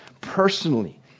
personally